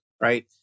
right